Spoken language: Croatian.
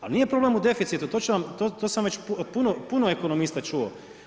Ali, nije problem u deficitu, to sam već puno ekonomista čuo.